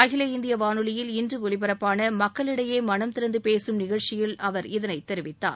அகில இந்திய வானொலியில் இன்று ஒலிபரப்பான மக்களிடையே மனம் திறந்து பேசும் நிகழ்ச்சியில் அவர் இதனைத் தெரிவித்தார்